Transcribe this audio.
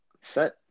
set